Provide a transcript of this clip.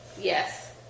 Yes